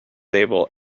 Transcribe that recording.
able